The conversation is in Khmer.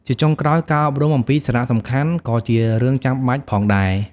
ជាចុងក្រោយ ការអប់រំអំពីសារៈសំខាន់ ក៏ជារឿងចាំបាច់ផងដែរ។